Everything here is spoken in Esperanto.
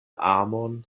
amon